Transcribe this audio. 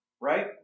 Right